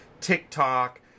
TikTok